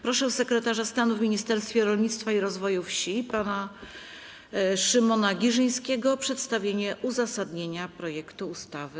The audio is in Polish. Proszę sekretarza stanu w Ministerstwie Rolnictwa i Rozwoju Wsi pana Szymona Giżyńskiego o przedstawienie uzasadnienia projektu ustawy.